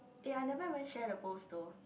eh I never even share the post though